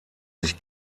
sich